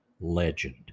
legend